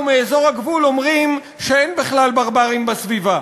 מאזור הגבול אומרים / שאין בכלל ברברים בסביבה.